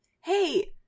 Hey